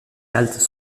haltes